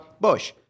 Bush